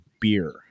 beer